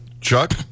Chuck